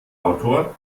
autor